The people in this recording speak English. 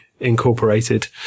incorporated